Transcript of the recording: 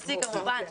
כמובן.